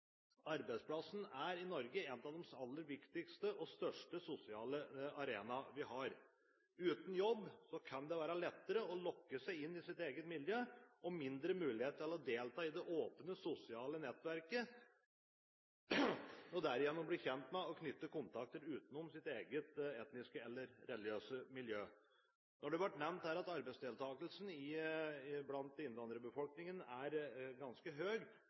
Arbeidsplassen er i Norge en av de aller viktigste og største sosiale arenaer vi har. Uten jobb kan det være lettere å lukke seg inne i sitt eget miljø og få mindre mulighet til å delta i det åpne sosiale nettverket og derigjennom bli kjent med og knytte kontakter utenom sitt eget etniske eller religiøse miljø. Når det ble nevnt her at arbeidsdeltakelsen i innvandrerbefolkningen er ganske